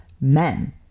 men